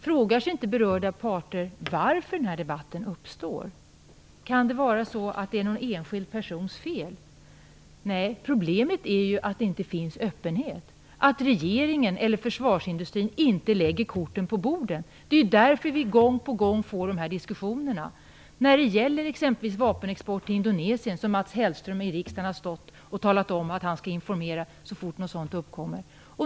Frågar sig inte berörda parter varför den här debatten uppstår? Kan det vara en enskild persons fel? Nej, problemet är att det inte finns öppenhet, att regeringen eller försvarsindustrin inte lägger korten på bordet. Det är därför som vi gång på gång får de här diskussionerna. Det gäller exempelvis vapenexport till Indonesien. Mats Hellström har stått här i riksdagen och talat om att han skall informera så fort något sådant uppkommer.